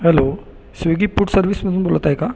hello Swiggy food सर्व्हिसमधून बोलताय का